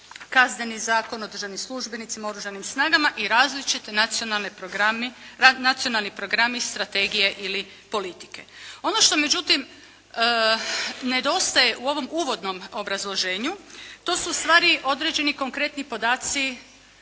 Kazneni zakon o državnim službenicima, Oružanim snagama i različiti nacionalni programi strategije ili politike. Ono što međutim nedostaje u ovom uvodnom obrazloženju to su ustvari određeni konkretni podaci